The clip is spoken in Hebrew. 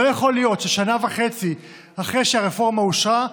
לא יכול להיות ששנה וחצי אחרי שהרפורמה אושרה,